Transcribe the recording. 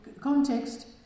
context